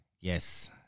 Yes